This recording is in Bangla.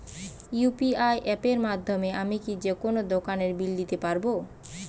ইউ.পি.আই অ্যাপের মাধ্যমে আমি কি যেকোনো দোকানের বিল দিতে পারবো?